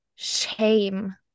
shame